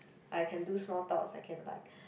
I can do small talks I can like